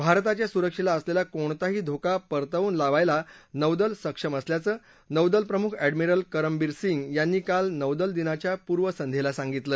भारताच्या सुरक्षेला असलेला कोणताही धोका परतवून लावायला नौदलसक्षम असल्याचं नौदल प्रमुख एडमिरल करमबीरसिंग यांनी काल नौदलदिनाच्या पूर्वसंध्येला सांगितलं